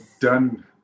done